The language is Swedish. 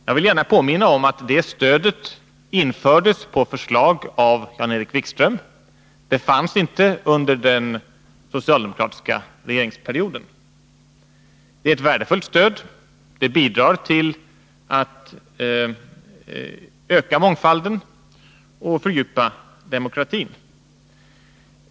Jag vill gärna påminna om att det stödet infördes på förslag av Jan-Erik Wikström. Det fanns inte under den socialdemokratiska regeringsperioden. Det är ett värdefullt stöd, som bidrar till att öka mångfalden och fördjupa demokratin.